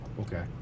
okay